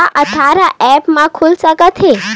का आधार ह ऐप म खुल सकत हे?